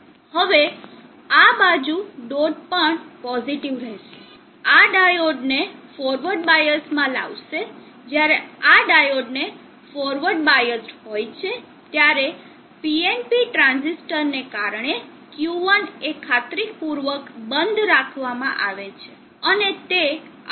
હવે આ બાજુ ડોટ પણ પોઝિટીવ રહેશે આ ડાયોડને ફોરવર્ડ બાયસ માં લાવશે જ્યારે આ ડાયોડ ફોરવર્ડ બાયસ્ડ હોય છે ત્યારે PNP ટ્રાંઝિસ્ટરને કારણે Q1 એ ખાતરી પૂર્વક બંધ રાખવામાં આવે છે